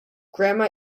grandma